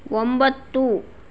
ಒಂಬತ್ತು